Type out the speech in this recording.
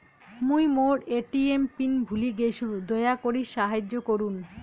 মুই মোর ATM PIN ভুলে গেইসু, দয়া করি সাহাইয্য করুন